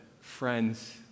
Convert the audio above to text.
friends